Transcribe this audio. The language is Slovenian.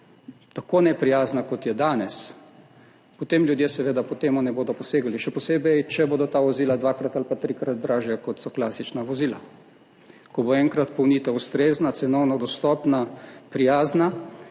tako neprijazna, kot je danes, potem ljudje po tem ne bodo posegali, še posebej, če bodo ta vozila dvakrat ali pa trikrat dražja, kot so klasična vozila. Ko bo enkrat polnitev ustrezna, cenovno dostopna, prijazna,